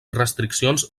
restriccions